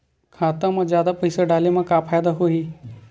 खाता मा जादा पईसा डाले मा का फ़ायदा होही?